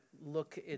look